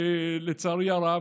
לצערי הרב,